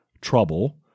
Trouble